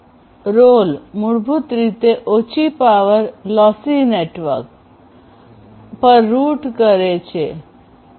ROLL મૂળભૂત રીતે ઓછી પાવર લોસી નેટવર્ક પર રૂટ કરે છે